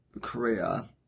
Korea